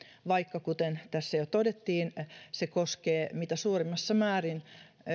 vaikka se kuten tässä jo todettiin koskee mitä suurimmassa määrin